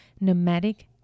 nomadic